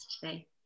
today